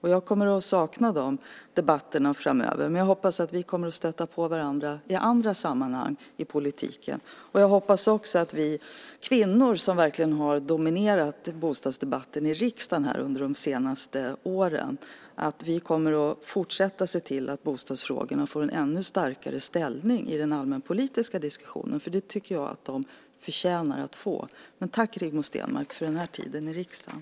Jag kommer att sakna de debatterna framöver, men jag hoppas att vi kommer att stöta på varandra i andra sammanhang i politiken. Jag hoppas också att vi kvinnor som verkligen har dominerat bostadsdebatten i riksdagen under de senaste åren kommer att se till att bostadsfrågorna får en ännu starkare ställning i den allmänpolitiska diskussionen. Det tycker jag att de förtjänar att få. Tack, Rigmor Stenmark, för den här tiden i riksdagen!